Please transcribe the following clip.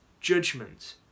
Judgment